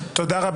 (היו"ר שמחה רוטמן, 10:40) תודה רבה.